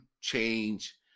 change